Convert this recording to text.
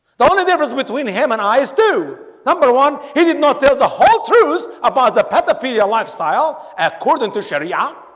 the only difference between him and i still number one he did not there's a whole truth about the pedophilia lifestyle according to sharia